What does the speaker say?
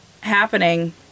happening